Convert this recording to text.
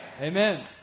Amen